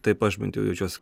taip aš bent jau jaučiuos